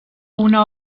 una